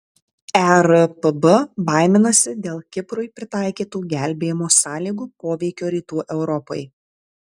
erpb baiminasi dėl kiprui pritaikytų gelbėjimo sąlygų poveikio rytų europai